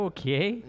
Okay